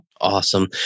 Awesome